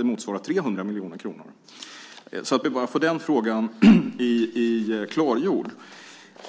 Det motsvarar 300 miljoner kronor - detta sagt för att få den saken klargjord. I övrigt är det